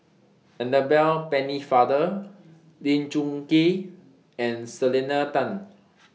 Annabel Pennefather Lee Choon Kee and Selena Tan